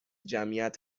جمعیت